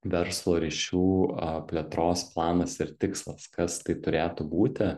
verslo ryšių plėtros planas ir tikslas kas tai turėtų būti